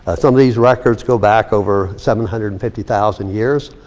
ah some of these records go back over seven hundred and fifty thousand years.